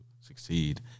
succeed